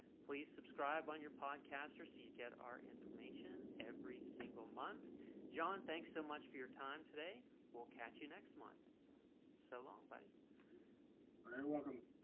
please subscribe on your podcaster. so you get our information every single month john. thanks so much for your time today. we'll catch you next month so so long, buddy very welcome.